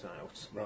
out